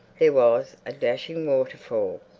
there was a dashing water-fall.